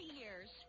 years